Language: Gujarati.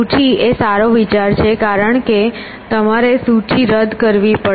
સૂચિ એ સારો વિચાર છે કારણ કે તમારે સૂચિ રદ કરવી પડશે